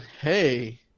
hey